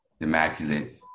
immaculate